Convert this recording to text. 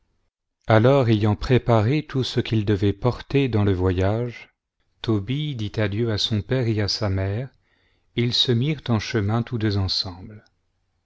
alors ayant préparé tout ce qu'ils devaient porter dans le voyage tobie dit adieu à son père et à sa mère et ils se mirent en chemin tous deux ensemble